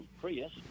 Prius